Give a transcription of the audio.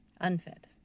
Unfit